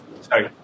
Sorry